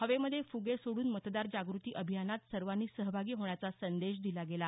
हवेमध्ये फुगे सोडून मतदार जागृती अभियानात सर्वांनी सहभागी होण्याचा संदेश दिला गेला